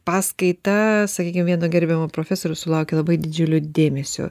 paskaita sakykim vieno gerbiamo profesorius sulaukė labai didžiuliu dėmesiu